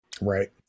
Right